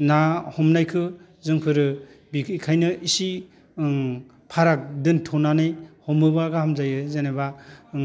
ना हमनायखौ जोंफोरो बेखायनो एसे ओं फाराग दोनथ'नानै हमोब्ला गाहाम जायो जेनोबा उम